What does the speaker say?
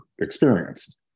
experienced